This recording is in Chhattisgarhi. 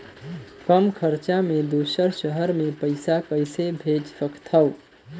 कम खरचा मे दुसर शहर मे पईसा कइसे भेज सकथव?